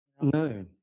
No